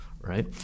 right